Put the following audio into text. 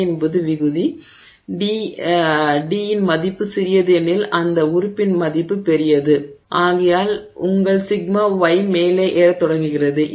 d என்பது விகுதி D இன் மதிப்பு சிறியது எனில் அந்த உறுப்பின் மதிப்பு பெரியது ஆகையால் உங்கள் சிக்மா y மேலே ஏறத் தொடங்குகிறது